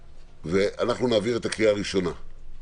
אנחנו נעביר את הקריאה הראשונה,